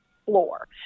floor